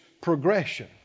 Progression